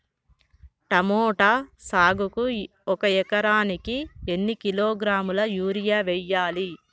Tomato సాగుకు ఒక ఎకరానికి ఎన్ని కిలోగ్రాముల యూరియా వెయ్యాలి?